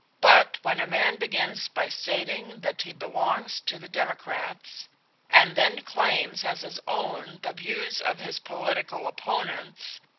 but when a man begins by stating that he belongs to the democrats and then claims as his own the views of his political opponents,